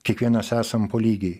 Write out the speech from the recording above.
kiekvienas esam po lygiai